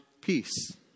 peace